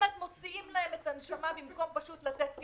באמת מוציאים להם את הנשמה במקום פשוט לתת כסף.